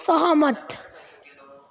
सहमत